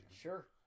Sure